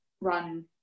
run